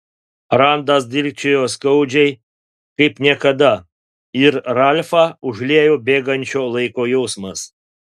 randas dilgčiojo skaudžiai kaip niekada ir ralfą užliejo bėgančio laiko jausmas